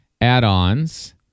add-ons